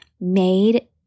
made